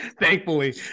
thankfully